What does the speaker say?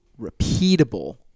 Repeatable